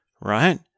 right